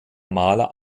maler